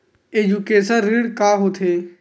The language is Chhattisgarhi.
एजुकेशन ऋण का होथे?